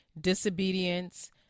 disobedience